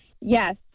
yes